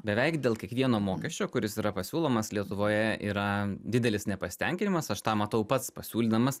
beveik dėl kiekvieno mokesčio kuris yra pasiūlomas lietuvoje yra didelis nepasitenkinimas aš tą matau pats pasiūlydamas